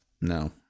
No